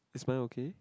is mic okay